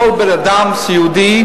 שכל בן-אדם סיעודי